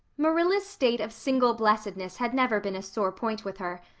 marilla's state of single blessedness had never been a sore point with her,